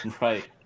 right